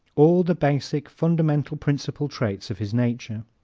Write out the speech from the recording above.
all the basic, fundamental principal traits of his nature.